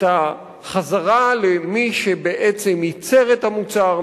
את החזרה למי שבעצם ייצר את המוצר,